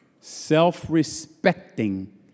self-respecting